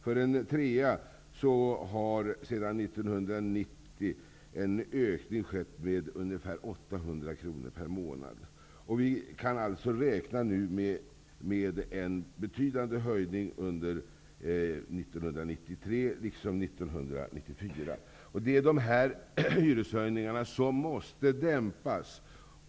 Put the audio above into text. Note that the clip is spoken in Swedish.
För en trea har sedan 1990 en ökning skett med ungefär 800 kronor per månad. Vi kan nu räkna med en betydande höjning under 1993 liksom 1994. Hyreshöjningarna måste dämpas.